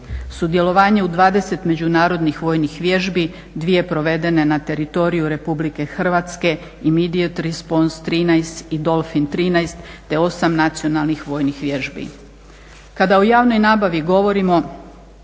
sudjelovanje u dvadeset međunarodnih vojnih vježbi, dvije provedene na teritoriju Republike Hrvatske …/Govornica se ne razumije/… idolfin trinaest te osam nacionalnih vojnih vježbi. Kada o javnoj nabavi govorimo,